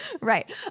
Right